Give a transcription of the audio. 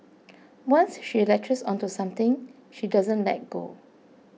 once she latches onto something she doesn't let go